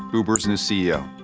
uber's new ceo.